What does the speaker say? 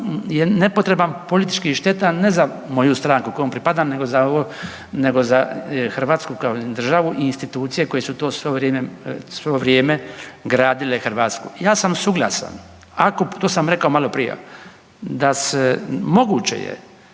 nepotreban, politički štetan ne za moju stranku kojoj pripadam nego za ovo, nego za Hrvatsku kao državu i institucije koje su svo vrijeme gradile Hrvatsku. Ja sam suglasan, ako, to sam rekao maloprije, da se moguće je